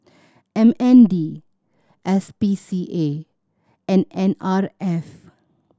M N D S P C A and N R F